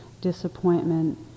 disappointment